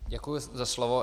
Děkuji za slovo.